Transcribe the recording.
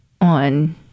on